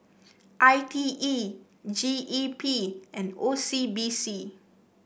I T E G E P and O C B C